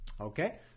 Okay